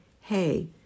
hey